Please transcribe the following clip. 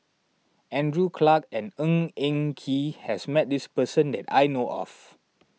Andrew Clarke and Ng Eng Kee has met this person that I know of